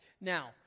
Now